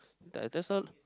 the that's all